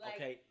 Okay